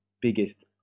biggest